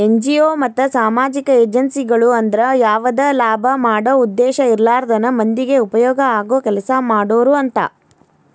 NGO ಮತ್ತ ಸಾಮಾಜಿಕ ಏಜೆನ್ಸಿಗಳು ಅಂದ್ರ ಯಾವದ ಲಾಭ ಮಾಡೋ ಉದ್ದೇಶ ಇರ್ಲಾರ್ದನ ಮಂದಿಗೆ ಉಪಯೋಗ ಆಗೋ ಕೆಲಸಾ ಮಾಡೋರು ಅಂತ